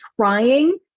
trying